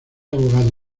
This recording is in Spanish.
abogado